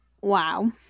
wow